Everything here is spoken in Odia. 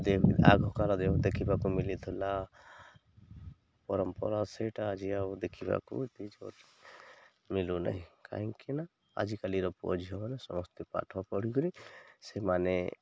ଆଗ କାଳ ଦେଖିବାକୁ ମିଳିଥିଲା ପରମ୍ପରା ସେଇଟା ଆଜି ଆଉ ଦେଖିବାକୁ ମିଳୁନାହିଁ କାହିଁକିନା ଆଜିକାଲିର ପୁଅ ଝିଅମାନେ ସମସ୍ତେ ପାଠ ପଢ଼ିି କରି ସେମାନେ